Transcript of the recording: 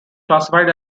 classified